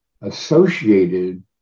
associated